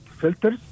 filters